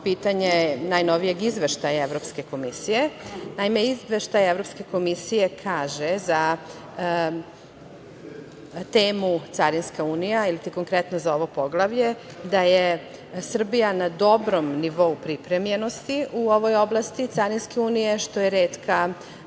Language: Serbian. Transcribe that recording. pitanje najnovijih izveštaja Evropske komisije. Izveštaj kaže za temu Carinska unija i za konkretno ovo poglavlje da je Srbija na dobrom nivou pripremljenosti u ovoj oblasti Carinske unije, što je